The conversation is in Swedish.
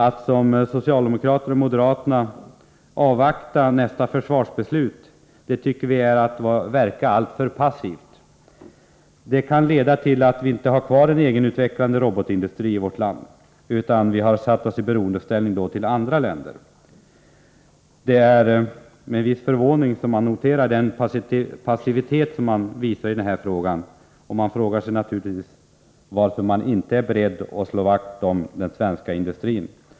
Att som socialdemokraterna och moderaterna avvakta nästa försvarsbeslut är att agera alltför passivt. Det kan leda till att vi i framtiden inte har kvar en egenutvecklande robotindustri i vårt land utan har satt oss i beroendeställning i förhållande till andra länder. Det är med viss förvåning som jag noterar socialdemokraternas och moderaternas passivitet i detta sammanhang. Man frågar sig naturligtvis varför de inte är beredda att slå vakt om den svenska industrin.